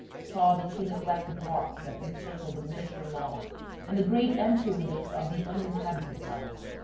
saw the two neglected walks that encircled the miniature lawn and the great empty windows of the uninhabited house.